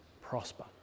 prosper